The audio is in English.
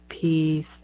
peace